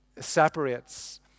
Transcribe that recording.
separates